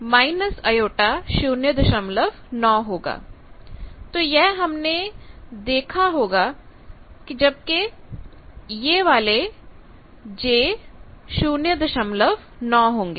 तो यह हमें देखने होंगे जबकि यह वाला j09 होगा